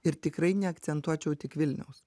ir tikrai neakcentuočiau tik vilniaus